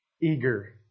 eager